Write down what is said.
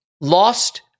lost